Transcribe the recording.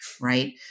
right